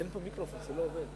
אין פה מיקרופון, זה לא עובד.